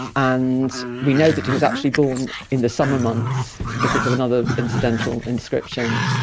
and we know that he was actually born in the summer months because of another incidental inscription.